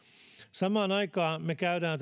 samaan aikaan me käymme